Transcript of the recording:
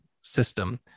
system